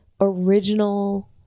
original